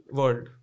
world